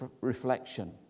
reflection